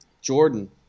Jordan